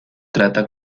trata